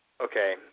Okay